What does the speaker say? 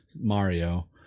Mario